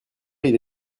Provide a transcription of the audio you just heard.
ils